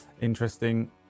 interesting